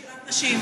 שירת נשים.